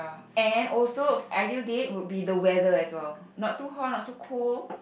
and also an ideal date will be the weather as well not too hot not too cool